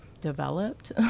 developed